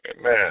Amen